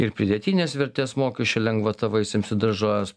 ir pridėtinės vertės mokesčio lengvata vaisiams ir daržovėms